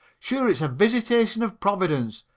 sure, it's a visitation of providence,